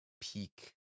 peak